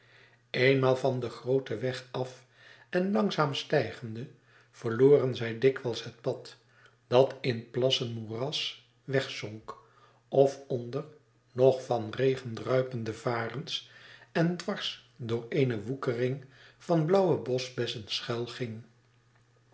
eenmaal van den grooten weg af en langzaam stijgende verloren zij dikwijls het pad dat in plassen moeras wegzonk of onder nog van regen druipende varens en dwars door eene woekering van blauwe boschbessen schuil ging